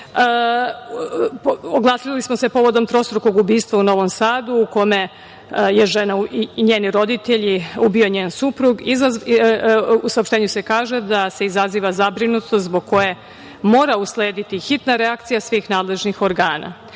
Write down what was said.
godine. Oglasili smo se povodom trostrukog ubistva u Novom Sadu u kome je žena i njeni roditelji ubio njen suprug. U saopštenju se kaže da se izaziva zabrinutost zbog koje mora uslediti hitna reakcija svih nadležnih organa. Ovaj